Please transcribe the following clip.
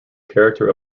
character